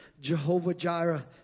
Jehovah-Jireh